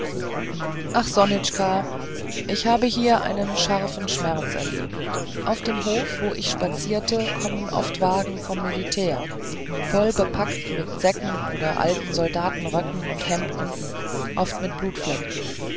ach sonitschka ich habe hier einen scharfen schmerz erlebt auf dem hof wo ich spaziere kommen oft wagen vom militär voll bepackt mit säcken oder alten soldatenröcken und hemden oft mit blutflecken